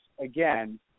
again